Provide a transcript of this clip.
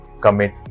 commit